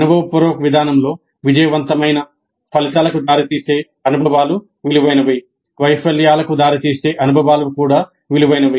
అనుభవపూర్వక విధానంలో విజయవంతమైన ఫలితాలకు దారితీసే అనుభవాలు విలువైనవి వైఫల్యాలకు దారితీసే అనుభవాలు కూడా విలువైనవి